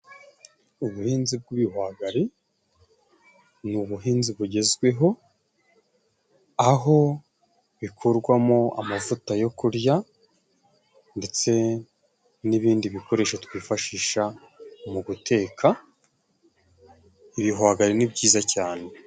Ubuhinzi bw'ibihwagari ni ubuhinzi bugezweho, aho bikorwamo amavuta yo kurya ndetse n'ibindi bikoresho twifashisha mu guteka, ibihwagari ni byiza cyane.